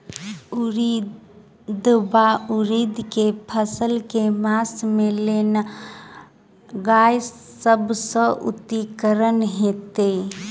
उड़ीद वा उड़द केँ फसल केँ मास मे लगेनाय सब सऽ उकीतगर हेतै?